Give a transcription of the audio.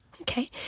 Okay